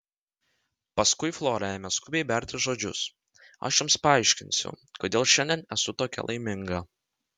paskui flora ėmė skubiai berti žodžius aš jums paaiškinsiu kodėl šiandien esu tokia laiminga